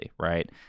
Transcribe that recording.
right